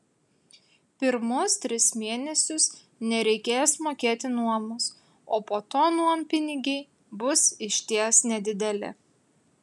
pirmus tris mėnesius nereikės mokėti nuomos o po to nuompinigiai bus išties nedideli